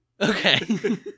Okay